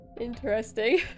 Interesting